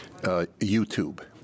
YouTube